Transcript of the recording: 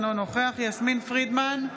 אינו נוכח יסמין פרידמן,